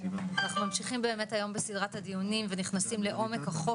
אנחנו ממשיכים היום בסדרה של דיונים ונכנסים לעומק החוק.